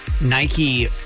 Nike